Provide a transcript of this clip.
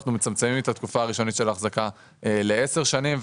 אנחנו מצמצמים את התקופה הראשונית של ההחזקה לכ-10 שנים,